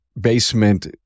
basement